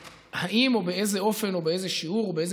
האם או באיזה אופן או באיזה שיעור או באיזה